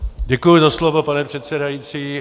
Děkuji za slovo, pane předsedající.